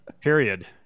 period